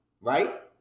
right